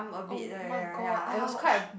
oh-my-god ouch